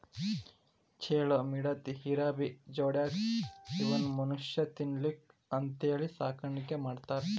ಚೇಳು, ಮಿಡತಿ, ಇರಬಿ, ಜೊಂಡಿಗ್ಯಾ ಇವನ್ನು ಮನುಷ್ಯಾ ತಿನ್ನಲಿಕ್ಕೆ ಅಂತೇಳಿ ಸಾಕಾಣಿಕೆ ಮಾಡ್ತಾರ